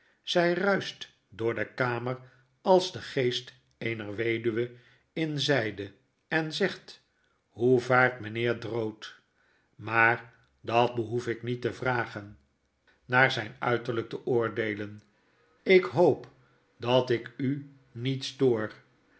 zy ruischt door de kamer als de geest eener weduwe in zyde en zegt hoe vaart mynheer drood maar dat behoef ik niet te vragen naar zijn uiterlyk te oordeelen ik hoop dat ik u niet stoor